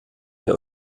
der